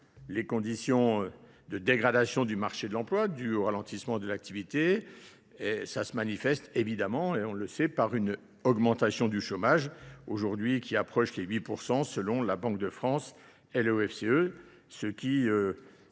Les conditions de dégradation du marché de l'emploi, du ralentissement de l'activité, ça se manifeste évidemment, et on le sait, par une augmentation du chômage, aujourd'hui qui approche les 8% selon la Banque de France et le FCE, ce qui